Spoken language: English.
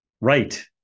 right